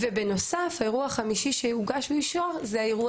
בנוסף האירוע החמישי שהוגש לאישור הוא אירוע